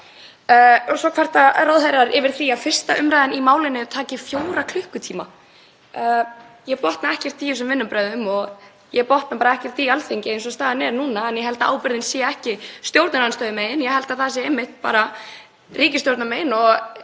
Svo kvarta ráðherrar yfir því að 1. umr. í málinu hafi tekið fjóra klukkutíma. Ég botna ekkert í þessum vinnubrögðum og ég botna bara ekkert í Alþingi eins og staðan er núna. En ég held að ábyrgðin sé ekki stjórnarandstöðumegin. Ég held að hún sé einmitt ríkisstjórnarmegin og